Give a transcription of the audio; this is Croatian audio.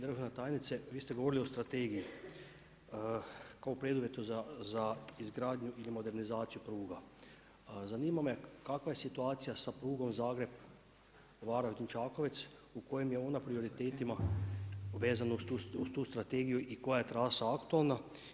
Državna tajnice, vi ste govorili o strategiji kao preduvjet za izgradnju ili modernizaciju pruga, zanima me kakva je situacija sa prugom Zagreb-Varaždin-Čakovec u kojim je ona prioritetima vezana uz tu strategiju i koja je trasa aktualna?